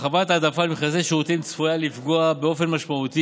הרחבת העדפה למכרזי שירותים צפויה לפגוע משמעותית